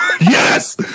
Yes